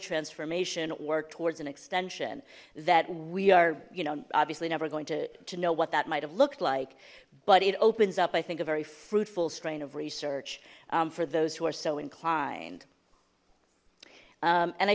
transformation or towards an extension that we are you know obviously never going to to know what that might have looked like but it opens up i think a very fruitful strain of research for those who are so inclined and i